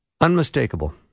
Unmistakable